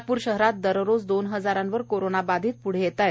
नागपूर शहरामध्ये दररोज दोन हजारावर कोरोना बाधित पुढे येत आहेत